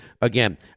Again